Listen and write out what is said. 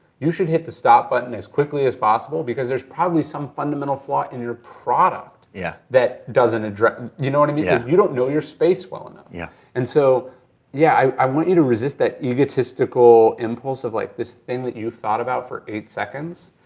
you should hit the stop button as quickly as possible because there's probably some fundamental flaw in your product yeah that doesn't address, and you know what i mean. if yeah you don't know your space well enough, yeah, and so yeah i want you to resist that egotistical impulse of like this thing that you thought about for eight seconds,